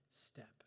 step